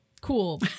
Cool